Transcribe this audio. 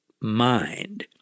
mind